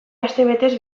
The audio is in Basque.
astebetez